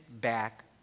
Back